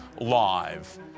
live